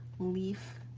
leaf,